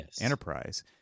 enterprise